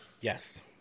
yes